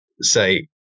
say